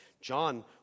John